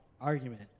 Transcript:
argument